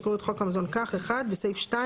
יקראו את חוק המזון כך: בסעיף 2,